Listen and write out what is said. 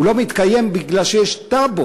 הוא לא מתקיים מפני שיש טבו